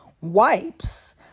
Wipes